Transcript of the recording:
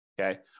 Okay